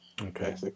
Okay